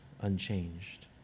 unchanged